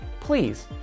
please